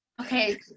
Okay